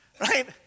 right